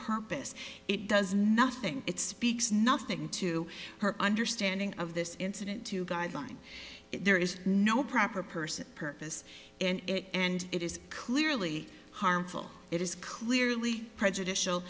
purpose it does nothing it speaks nothing to her understanding of this incident to guideline there is no proper person purpose in it and it is clearly harmful it is clearly prejudicial